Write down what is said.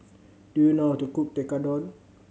do you know how to cook Tekkadon